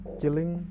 killing